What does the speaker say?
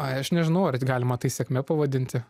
aš nežinau ar galima tai sėkme pavadinti